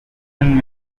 and